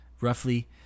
roughly